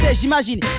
j'imagine